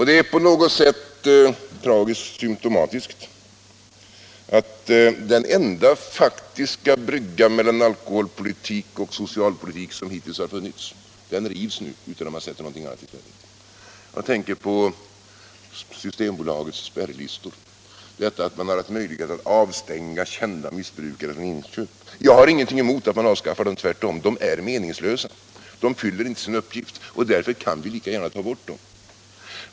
Det är på något sätt tragiskt symtomatiskt att den enda faktiska brygga mellan alkoholpolitik och socialpolitik som hittills har funnits nu rivs utan att man sätter något annat i dess ställe. Jag tänker på Systembolagets spärrlistor, detta att man haft möjlighet att avstänga kända missbrukare från inköp. Jag har ingenting emot att spärrlistorna avskaffas, tvärtom. De är meningslösa. De fyller inte sin uppgift, och därför kan vi lika gärna ta bort dem.